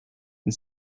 and